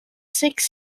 six